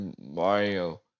Mario